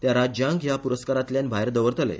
त्या राज्यांक ह्या पुरस्कारातल्यान भायर दवरतले